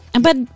But-